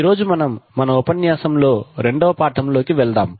ఈరోజు మనం మన ఉపన్యాసం లో రెండో పాఠం లో కి వెళ్దాం